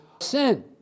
sin